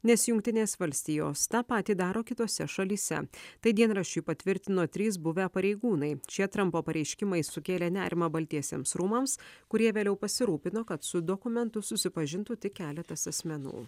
nes jungtinės valstijos tą patį daro kitose šalyse tai dienraščiui patvirtino trys buvę pareigūnai šie trampo pareiškimai sukėlė nerimą baltiesiems rūmams kurie vėliau pasirūpino kad su dokumentu susipažintų tik keletas asmenų